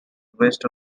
west